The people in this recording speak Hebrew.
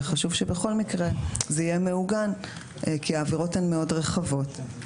וחשוב שבכל מקרה זה יהיה מעוגן כי העבירות הן מאוד רחבות,